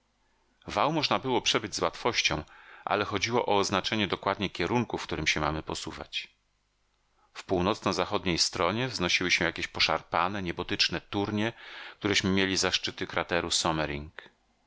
wał można było przebyć z łatwością ale chodziło o oznaczenie dokładne kierunku w którym się mamy posuwać w północno-zachodniej stronie wznosiły się jakieś poszarpane niebotyczne turnie któreśmy mieli za szczyty krateru sommering